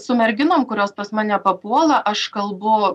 su merginom kurios pas mane papuola aš kalbu